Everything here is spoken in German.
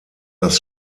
das